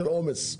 של עומס,